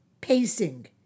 pacing